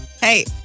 hey